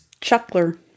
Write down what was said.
Chuckler